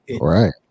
right